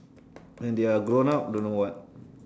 when they are grown up don't know what